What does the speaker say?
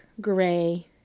gray